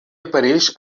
apareix